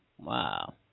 Wow